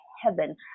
heaven